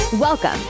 Welcome